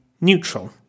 neutral